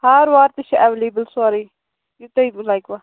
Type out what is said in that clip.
ہار وار تہِ چھِ ایٚولیبٕل سورُے یہِ تۅہہِ لَگوٕ